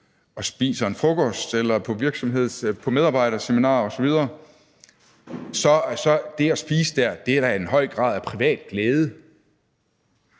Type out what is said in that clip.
og spiser en frokost eller er på medarbejderseminar osv., så er der i det at spise der da en høj grad af privat glæde,